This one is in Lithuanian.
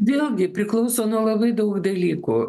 vėlgi priklauso nuo labai daug dalykų